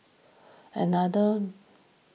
another